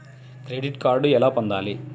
Credit card ఎలా పొందాలి?